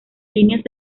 líneas